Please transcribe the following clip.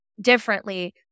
differently